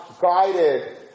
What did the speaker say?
guided